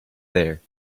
there